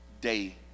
day